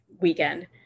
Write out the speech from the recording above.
weekend